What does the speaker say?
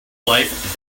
life